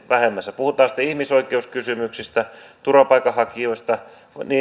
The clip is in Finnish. vähemmässä puhutaan sitten ihmisoikeuskysymyksistä turvapaikanhakijoista